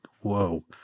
whoa